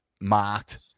marked